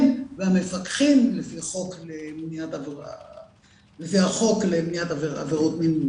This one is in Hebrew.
הם והמפקחים לפח החוק למניעת עבירות מין.